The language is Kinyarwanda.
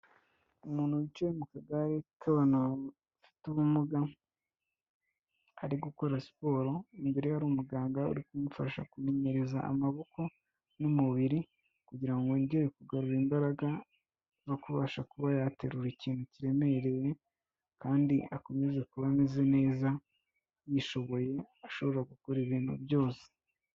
Umuntu wicaye mu kagare k'abantu bafite ubumuga, ari gukora siporo. Imbere ye hari umuganga uri kumufasha kumenyereza amaboko n'umubiri, kugira ngo yongere kugarura imbaraga, zo kubasha kuba yaterura ikintu kiremereye, kandi akomeze kuba ameze neza, yishoboye, ashobora gukora ibintu byose.